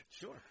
Sure